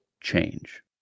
change